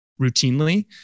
routinely